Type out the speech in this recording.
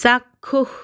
চাক্ষুষ